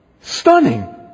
Stunning